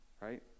right